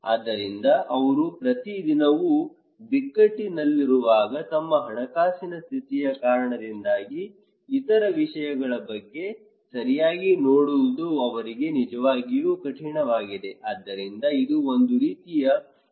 ಆದ್ದರಿಂದ ಅವರು ಪ್ರತಿ ದಿನವೂ ಬಿಕ್ಕಟ್ಟಿನಲ್ಲಿರುವಾಗ ತಮ್ಮ ಹಣಕಾಸಿನ ಸ್ಥಿತಿಯ ಕಾರಣದಿಂದಾಗಿ ಇತರ ವಿಷಯಗಳ ಬಗ್ಗೆ ಸರಿಯಾಗಿ ನೋಡುವುದು ಅವರಿಗೆ ನಿಜವಾಗಿಯೂ ಕಠಿಣವಾಗಿದೆ ಆದ್ದರಿಂದ ಇದು ಒಂದು ರೀತಿಯ ಹಿನ್ನೆಲೆ ಅಪಾಯವಾಗಿದೆ